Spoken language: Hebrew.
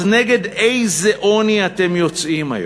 אז נגד איזה עוני אתם יוצאים היום?